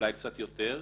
אולי קצת יותר.